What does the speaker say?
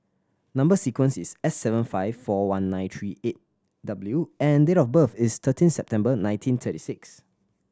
number sequence is S seven five four one nine three eight W and date of birth is thirteen September nineteen thirty six